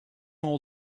all